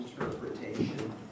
interpretation